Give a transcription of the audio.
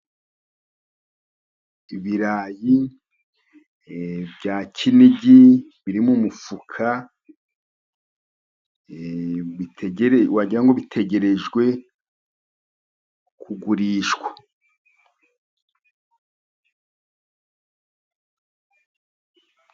Ibirayi bya Kinigi, biri mu mufuka wagira ngo bitegereje kugurishwa.